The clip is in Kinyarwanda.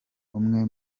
umwe